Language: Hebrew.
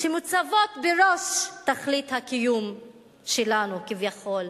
שמוצבות בראש תכלית הקיום שלנו כביכול,